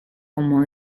como